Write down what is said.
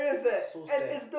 so sad